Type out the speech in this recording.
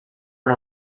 one